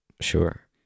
Sure